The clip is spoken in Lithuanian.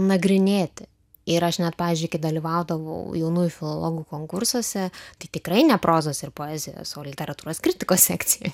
nagrinėti ir aš net pavyzdžiui kai dalyvaudavau jaunųjų filologų konkursuose tai tikrai ne prozos ir poezijos o literatūros kritikos sekcijoj